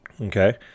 Okay